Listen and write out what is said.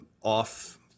off